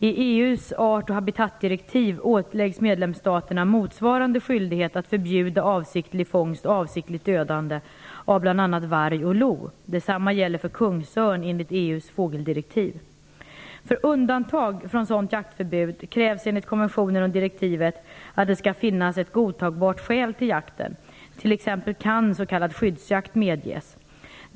I EU:s art och habitatdirektiv åläggs medlemsstaterna motsvarande skyldighet att förbjuda avsiktlig fångst och avsiktligt dödande av bl.a. varg och lo. Detsamma gäller för kungsörn enligt EU:s fågeldirektiv. För undantag från sådant jaktförbud krävs enligt konventionen och direktivet att det skall finnas ett godtagbart skäl till jakten; t.ex. kan s.k. skyddsjakt medges.